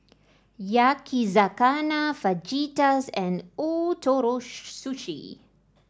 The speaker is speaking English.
Yakizakana Fajitas and Ootoro Su Sushi